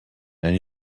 and